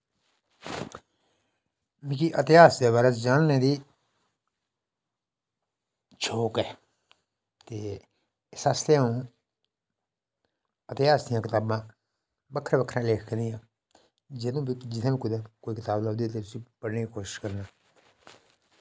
मिगी इतहास दे बारै च जानने गी शौक ऐ ते एह्दे आस्तै अं'ऊ इतहास दियां कताबां बक्खरे बक्खरे लेखकें दियां जेह्दे च जित्थें बी कोई कताब लभदी ते पढ़ने दी कोशिश करना